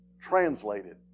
translated